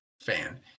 fan